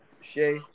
Shay